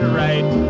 right